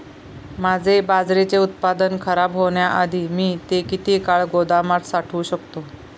माझे बाजरीचे उत्पादन खराब होण्याआधी मी ते किती काळ गोदामात साठवू शकतो?